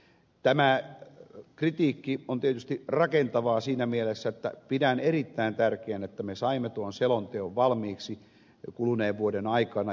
tämä kritiikki on tietysti rakentavaa siinä mielessä että pidän erittäin tärkeänä että me saimme tuon selonteon valmiiksi kuluneen vuoden aikana